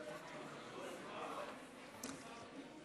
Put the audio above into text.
זה לא נרשם.